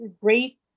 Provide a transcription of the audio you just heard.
great